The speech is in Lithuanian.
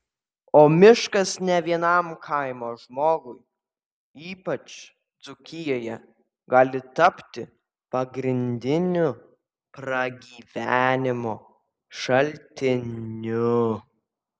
o miškas ne vienam kaimo žmogui ypač dzūkijoje gali tapti pagrindiniu pragyvenimo šaltiniu